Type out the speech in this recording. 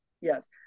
Yes